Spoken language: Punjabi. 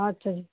ਅੱਛਾ ਜੀ